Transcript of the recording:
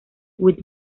with